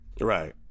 Right